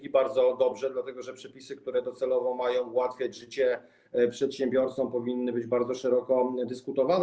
To bardzo dobrze, dlatego że przepisy, które docelowo mają ułatwiać życie przedsiębiorcom, powinny być bardzo szeroko dyskutowane.